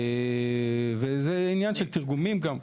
זה גם עניין של תרגומים.